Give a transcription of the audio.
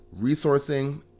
resourcing